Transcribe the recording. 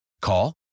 Call